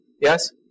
Yes